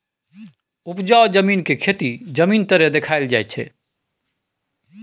उपजाउ जमीन के खेती जमीन तरे देखाइल जाइ छइ